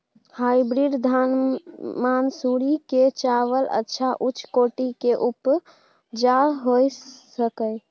Hybrid धान मानसुरी के चावल अच्छा उच्च कोटि के उपजा होय छै?